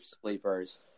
sleepers